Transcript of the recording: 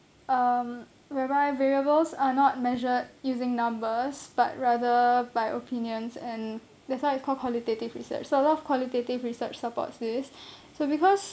um whereby variables are not measured using numbers but rather by opinions and that's why it's called qualitative research so a lot of qualitative research supports this so because